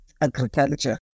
agriculture